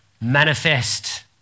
manifest